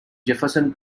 jefferson